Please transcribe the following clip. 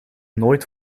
nooit